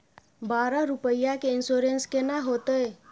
बारह रुपिया के इन्सुरेंस केना होतै?